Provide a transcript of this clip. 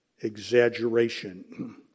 exaggeration